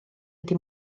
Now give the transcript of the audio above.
wedi